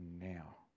now